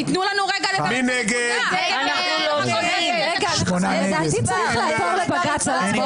אנחנו רוצים לעצור את הדיון עד שהיועצת תגיע.